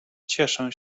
cieszę